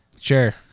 Sure